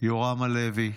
יורם הלוי.